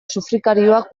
sufrikarioak